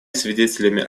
свидетелями